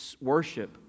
worship